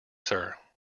sir